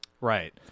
Right